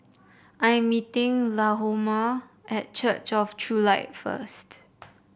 I am meeting Lahoma at Church of True Light first